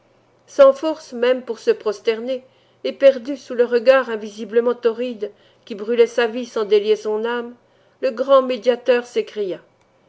sans force même pour se prosterner éperdu sous le regard invisiblement torride qui brûlait sa vie sans délier son âme le grand médiateur s'écria